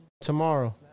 Tomorrow